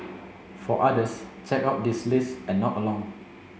for others check out this list and nod along